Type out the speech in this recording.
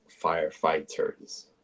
firefighters